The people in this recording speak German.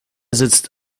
sitzt